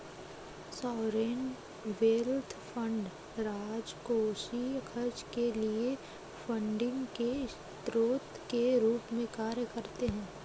sovereign wealth fund राजकोषीय खर्च के लिए फंडिंग के स्रोत के रूप में कार्य करते हैं